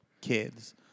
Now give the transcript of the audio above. kids